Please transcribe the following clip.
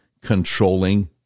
controlling